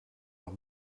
leur